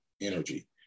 energy